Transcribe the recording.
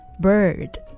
bird